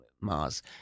Mars